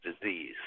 disease